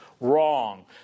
Wrong